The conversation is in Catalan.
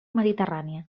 mediterrània